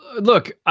Look